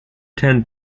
ten